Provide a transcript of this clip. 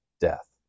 death